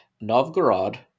Novgorod